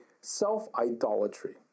self-idolatry